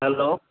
hello